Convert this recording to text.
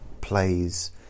plays